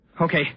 Okay